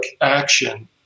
action